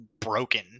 broken